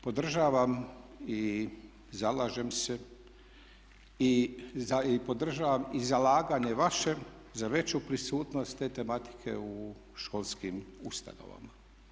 Podržavam i zalažem se i podržavam i zalaganje vaše za veću prisutnost te tematike u školskim ustanovama.